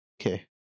Okay